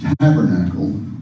tabernacle